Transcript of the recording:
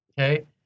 Okay